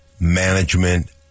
management